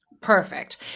Perfect